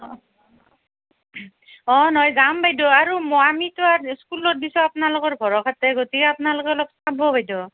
অ নহয় যাম বাইদেউ আৰু মই আমিতো আৰু স্কুলত দিছোঁ আপোনালোকৰ ভৰসাতে গতিকে আপোনালোকে অলপ চাব বাইদেউ